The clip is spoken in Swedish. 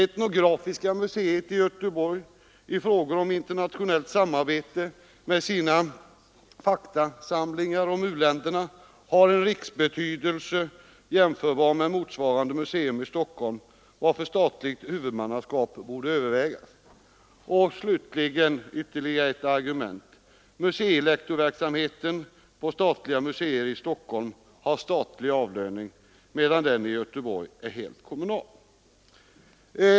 Etnografiska museet i Göteborg har i frågor om internationellt samarbete med sina faktasamlingar om u-länderna en riksbetydelse jämförbar med motsvarande museums i Stockholm, varför statligt huvudmannaskap borde övervägas. Jag vill som ytterligare ett argument slutligen anföra att museilektorsverksamheten på statliga museer i Stockholm har statlig avlöning medan den i Göteborg är helt kommunal.